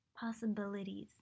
possibilities